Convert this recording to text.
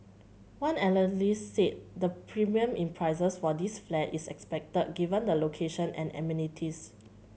one analyst said the premium in prices for these flats is expected given the location and amenities